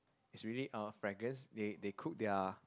it's really uh fragrance they they cook their